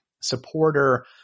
supporter